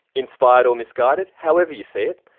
inspired or misguided however you see it,